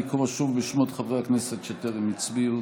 נא לקרוא שוב בשמות חברי הכנסת שטרם הצביעו.